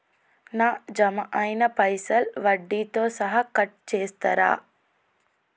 నా జమ అయినా పైసల్ వడ్డీతో సహా కట్ చేస్తరా?